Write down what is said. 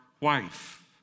wife